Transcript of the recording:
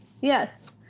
Yes